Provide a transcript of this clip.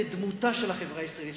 לדמותה של החברה הישראלית,